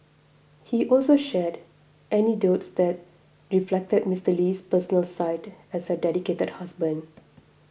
he also shared anecdotes that reflected Mister Lee's personal side as a dedicated husband